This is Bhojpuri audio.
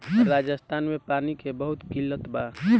राजस्थान में पानी के बहुत किल्लत बा